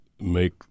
make